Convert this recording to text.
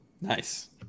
Nice